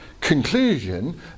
conclusion